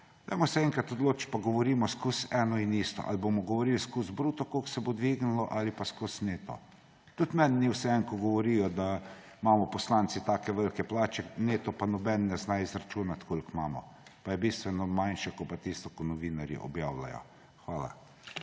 Dajmo se enkrat odločiti pa govorimo vedno eno in isto, ali bomo govorili ves čas bruto, koliko se bo dvignilo, ali pa ves čas neto. Tudi meni ni vseeno, ko govorijo, da imamo poslanci tako velike plače, neto pa nihče ne zna izračunati, koliko imamo, pa je bistveno manjše kot pa tisto, kar novinarji objavljajo. Hvala.